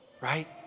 Right